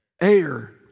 Air